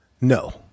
No